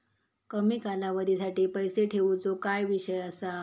कमी कालावधीसाठी पैसे ठेऊचो काय विषय असा?